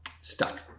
stuck